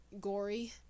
gory